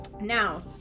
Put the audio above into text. Now